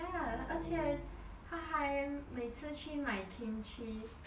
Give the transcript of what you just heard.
ya 而且她还每次去买 kimchi